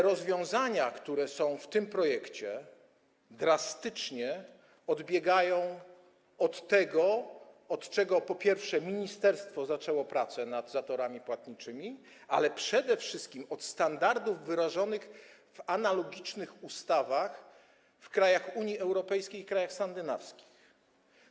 Rozwiązania, które są zawarte w tym projekcie, drastycznie odbiegają od tego, od czego, po pierwsze, ministerstwo zaczęło pracę nad zatorami płatniczymi, ale przede wszystkim od standardów wyrażonych w analogicznych ustawach w krajach Unii Europejskiej i krajach skandynawskich.